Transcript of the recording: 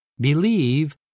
Believe